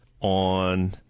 on